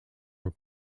were